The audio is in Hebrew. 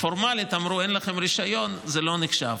פורמלית אמרו: אין לכם רישיון, זה לא נחשב.